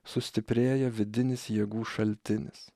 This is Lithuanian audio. sustiprėja vidinis jėgų šaltinis